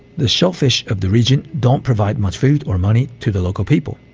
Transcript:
the shellfish of the region don't provide much food or money to the local people.